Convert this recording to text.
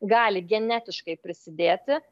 gali genetiškai prisidėti